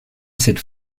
cette